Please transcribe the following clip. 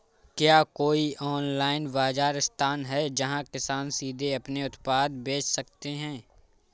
क्या कोई ऑनलाइन बाज़ार स्थान है जहाँ किसान सीधे अपने उत्पाद बेच सकते हैं?